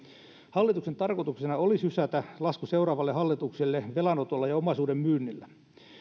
hallituksen tarkoituksena oli sysätä lasku seuraavalle hallitukselle velanotolla ja omaisuuden myynnillä